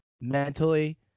mentally